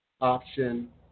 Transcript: option